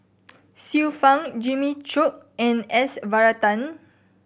Xiu Fang Jimmy Chok and S Varathan